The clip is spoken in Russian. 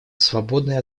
свободной